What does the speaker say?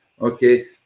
okay